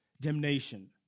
damnation